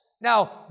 Now